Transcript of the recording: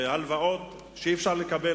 והלוואות שאי-אפשר לקבל,